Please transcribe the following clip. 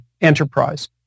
enterprise